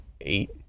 eight